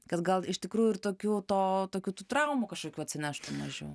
kad gal iš tikrųjų ir tokių to tokių tų traumų kažkokių atsineštų mažiau